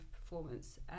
performance